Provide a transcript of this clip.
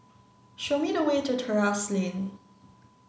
show me the way to Terrasse Lane